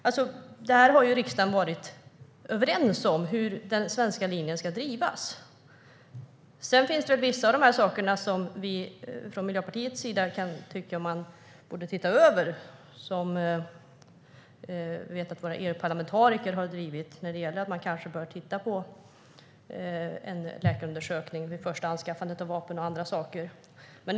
Riksdagen har varit överens om hur den svenska linjen ska drivas. Sedan finns vissa saker som vi i Miljöpartiet anser borde ses över. Jag vet att våra EU-parlamentariker har drivit frågan om en läkarundersökning vid första anskaffandet av vapen.